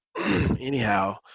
anyhow